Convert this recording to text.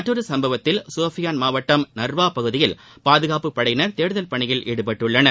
மற்றொரு சும்பவத்தில் ஷோபியான் மாவட்டம் நர்வா பகுதியில் பாதுகாப்பு படையினர் தேடுதல் பணியில் ஈடுபட்டுள்ளனர்